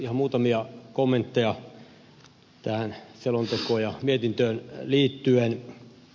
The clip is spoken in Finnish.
ihan muutamia kommentteja tähän selontekoon ja mietintöön liittyen